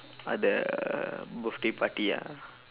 uh the birthday party ah